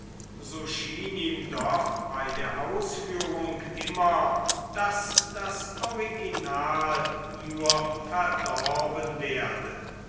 so schien ihm doch bei der ausführung immer daß das original nur verdorben werde